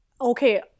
okay